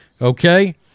Okay